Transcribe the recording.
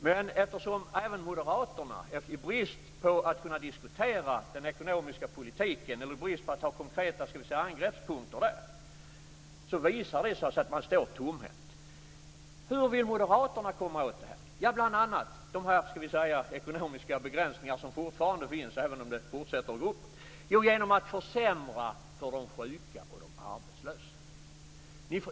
Men det faktum att moderaterna lider brist på konkreta angreppspunkter när det gäller den ekonomiska politiken visar att man står tomhänt. Hur vill moderaterna komma åt de ekonomiska begränsningar som fortfarande finns, även om det fortsätter att gå uppåt? Jo, det vill man genom att försämra för de sjuka och de arbetslösa.